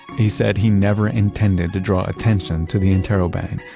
he said he never intended to draw attention to the interrobang.